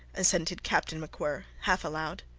assented captain macwhirr, half aloud.